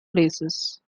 places